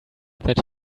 that